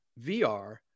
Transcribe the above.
VR